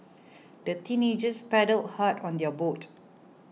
the teenagers paddled hard on their boat